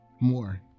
more